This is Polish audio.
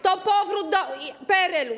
To powrót do PRL-u.